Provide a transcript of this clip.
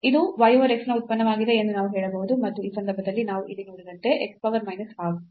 ಇದು y over x ನ ಉತ್ಪನ್ನವಾಗಿದೆ ಎಂದು ನಾವು ಹೇಳಬಹುದು ಮತ್ತು ಈ ಸಂದರ್ಭದಲ್ಲಿ ನಾವು ಇಲ್ಲಿ ನೋಡಿದಂತೆ x power minus half